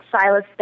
Silas